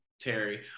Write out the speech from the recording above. Terry